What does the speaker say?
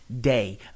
day